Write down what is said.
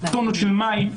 טונות של מים.